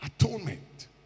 atonement